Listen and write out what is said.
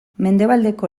mendebaldeko